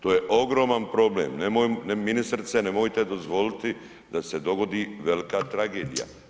To je ogroman problem, ministrice nemojte dozvoliti da se dogodi velika tragedija.